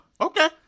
Okay